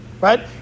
right